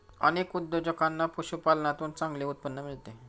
अनेक उद्योजकांना पशुपालनातून चांगले उत्पन्न मिळते